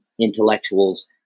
intellectuals